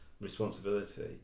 responsibility